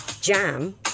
Jam